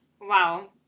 wow